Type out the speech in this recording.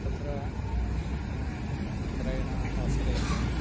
तत्र क्रयणावसरे